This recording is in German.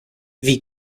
wie